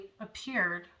appeared